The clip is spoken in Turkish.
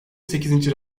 sekizinci